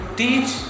teach